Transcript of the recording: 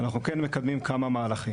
אנחנו כן מקדמים כמה מהלים.